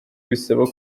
bisaba